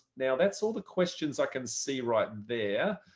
now that's all the questions i can see right there.